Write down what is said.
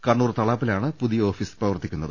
കണ്ണൂർ തളാപ്പിലാണ് പുതിയ ഓഫീസ് പ്രവർത്തിക്കുക